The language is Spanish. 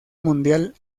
mundial